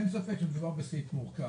אין ספק שמדובר בסעיף מורכב.